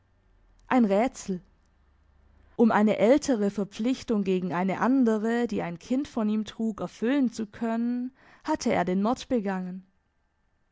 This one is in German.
ein rätsel um eine ältere verpflichtung gegen eine andere die ein kind von ihm trug erfüllen zu können hatte er den mord begangen